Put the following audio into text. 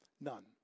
none